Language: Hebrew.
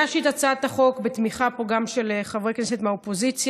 הגשתי את הצעת החוק גם בתמיכה של חברי כנסת מהאופוזיציה.